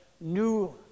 new